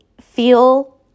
feel